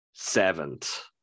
seventh